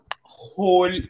whole